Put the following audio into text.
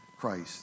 Christ